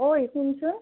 ঐ শুনচোন